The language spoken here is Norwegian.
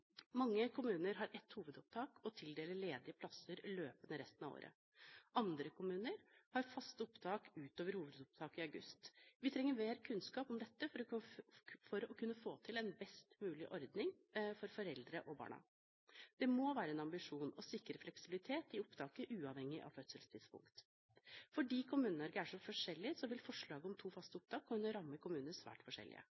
Mange kommuner har ett hovedopptak og tildeler ledige plasser løpende resten av året. Andre kommuner har faste opptak utover hovedopptaket i august. Vi trenger mer kunnskap om dette for å kunne få til en best mulig ordning for foreldrene og barna. Det må være en ambisjon å sikre en fleksibilitet i opptaket, uavhengig av fødselstidspunkt. Fordi Kommune-Norge er så forskjellig, vil forslaget om to faste